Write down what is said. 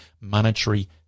monetary